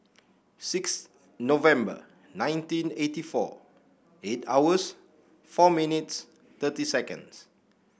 six November nineteen eighty four eight hours four minutes thirty seconds